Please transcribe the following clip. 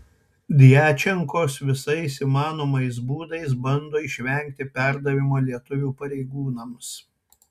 djačenkos visais įmanomais būdais bando išvengti perdavimo lietuvių pareigūnams